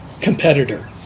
competitor